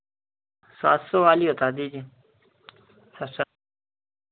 सात सौ वाली बता दीजिए सात सौ